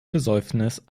besäufnis